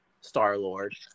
Star-Lord